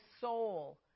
soul